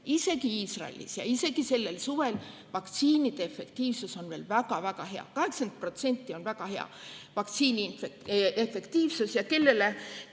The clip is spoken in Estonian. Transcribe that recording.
isegi Iisraelis ja isegi sellel suvel vaktsiinide efektiivsus on veel väga-väga hea. 80% on väga hea vaktsiini efektiivsus. Ja kellele